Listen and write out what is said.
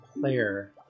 player